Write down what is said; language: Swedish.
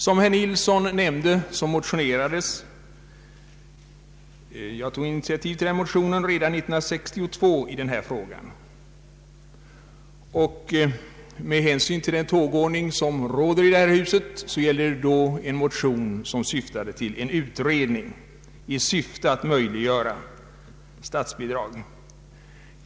Som herr Nils Nilsson nämnde, väcktes en motion — som jag tog initiativet till — redan 1962 i denna fråga. Med hänsyn till den tågordning som råder i detta hus yrkades i motionen en utredning i syfte att möjliggöra statsbidrag.